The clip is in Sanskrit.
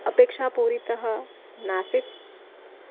अपेक्षा पूरिता नासीत्